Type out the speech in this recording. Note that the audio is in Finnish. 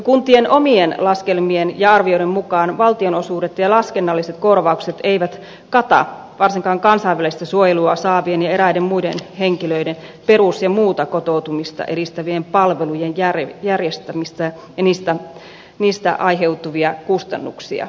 kuntien omien laskelmien ja arvioiden mukaan valtionosuudet ja laskennalliset korvaukset eivät kata varsinkaan kansainvälistä suojelua saavien ja eräiden muiden henkilöiden perus ja muuta kotoutumista edistävien palvelujen järjestämistä ja niistä aiheutuvia kustannuksia